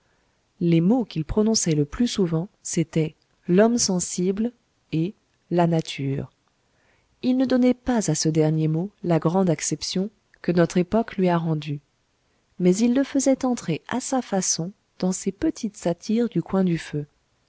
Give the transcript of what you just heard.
les mots qu'il prononçait le plus souvent c'était l'homme sensible et la nature il ne donnait pas à ce dernier mot la grande acception que notre époque lui a rendue mais il le faisait entrer à sa façon dans ses petites satires du coin du feu